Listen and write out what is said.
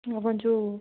ଆମର ଯେଉଁ